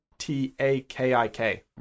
T-A-K-I-K